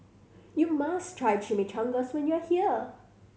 you must try Chimichangas when you are here